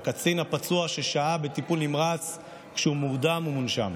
הקצין הפצוע ששהה בטיפול נמרץ כשהוא מורדם ומונשם.